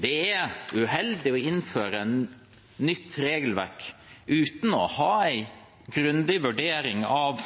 Det er uheldig å innføre nytt regelverk uten å ha en grundig vurdering av